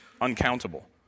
uncountable